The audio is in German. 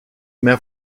mehr